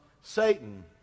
Satan